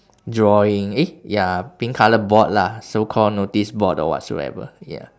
drawing eh ya pink colour board lah so called noticeboard or whatsoever ya